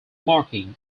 marking